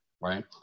right